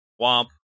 Womp